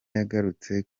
yagarutse